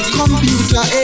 computer